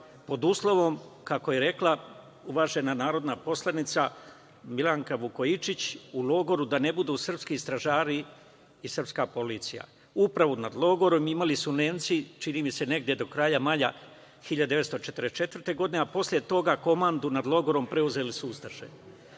pod uslovom, kako je rekla uvažena narodna poslanica, Milanka Vukojčić, u logoru da ne budu srpski stražari i srpska policija. Upravu nad logorom imali su Nemci, čini mi se negde do kraja maja 1944. godine, a posle toga komandu, nad logorom, preuzele su